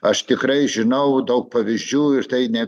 aš tikrai žinau daug pavyzdžių ir tai ne